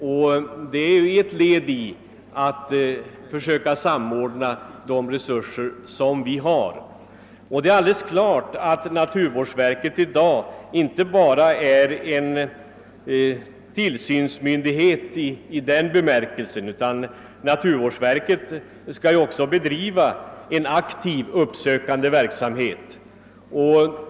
Detta är ju ett led i strävandena att söka samordna resurserna. Naturvårdsverket är ju inte bara en tillsynsmyndighet utan skall även bedriva en aktiv, uppsökande verksamhet.